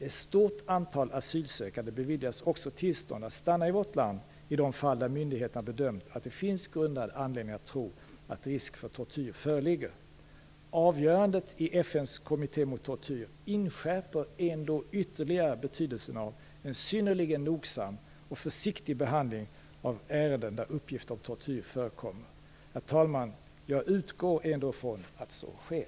Ett stort antal asylsökande beviljas också tillstånd att stanna i vårt land i de fall där myndigheterna bedömt att det finns grundad anledning att tro att risk för tortyr föreligger. Avgörandet i FN:s kommitté mot tortyr inskärper ändå ytterligare betydelsen av en synnerligen nogsam och försiktig behandling av ärenden där uppgift om tortyr förekommer. Herr talman! Jag utgår ändå från att så sker.